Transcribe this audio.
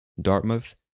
Dartmouth